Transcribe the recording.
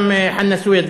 גם חנא סוייד,